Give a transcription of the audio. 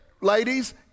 ladies